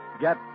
Get